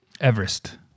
Everest